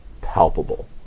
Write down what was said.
palpable